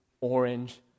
orange